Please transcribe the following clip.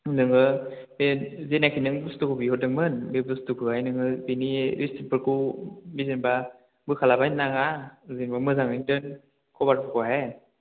नोङो बे जेनाखि नों बुस्थुखौ बिहरदोंमोन बे बुस्थुखौहाय नोङो बिनि रिसिपफोरखौ जेनबा बोखाला बायनो नाङा जेनबा मोजाङै दोन कभारफरखौहाय